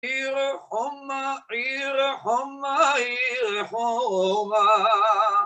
עיר חומה, עיר חומה, עיר חומה.